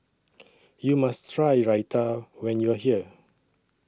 YOU must Try Raita when YOU Are here